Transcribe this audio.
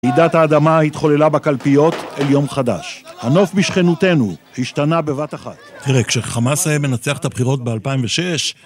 רעידת האדמה התחוללה בקלפיות אל יום חדש. הנוף בשכנותנו השתנה בבת אחת. תראה, כשחמאס מנצח את הבחירות ב-2006,